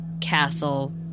castle